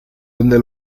duende